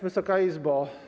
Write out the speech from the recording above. Wysoka Izbo!